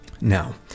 now